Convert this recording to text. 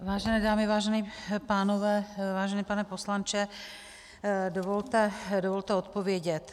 Vážené dámy, vážení pánové, vážený pane poslanče, dovolte odpovědět.